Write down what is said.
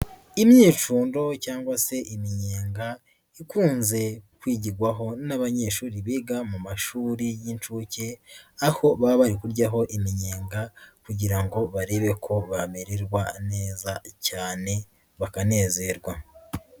Imyicundo cyangwa se iminyenga ikunze kwigirwaho n'abanyeshuri biga mu mashuri y'inshuke aho baba bari kuryaho iminyenga kugira ngo barebe ko bamererwa neza cyane bakanezerwa.